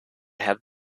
had